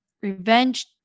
revenge